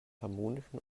harmonischen